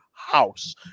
House